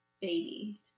Baby